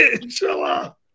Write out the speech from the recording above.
Inshallah